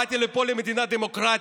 באתי לפה, למדינה דמוקרטית,